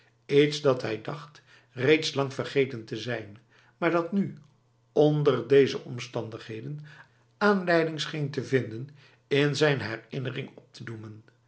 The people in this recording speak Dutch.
iets dat hij dacht reeds lang vergeten te zijn maar dat nu onder deze omstandigheden aanleiding scheen te vinden in zijn herinnering op te doemen